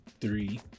Three